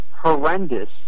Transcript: horrendous